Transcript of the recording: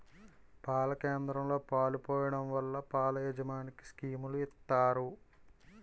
పాల కేంద్రంలో పాలు పోయడం వల్ల పాల యాజమనికి స్కీములు ఇత్తారు